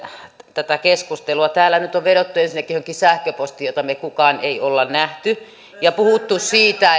tätä keskustelua täällä nyt on vedottu ensinnäkin johonkin sähköpostiin jota meistä kukaan ei ole nähnyt ja puhuttu siitä